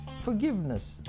forgiveness